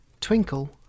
Twinkle